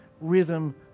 rhythm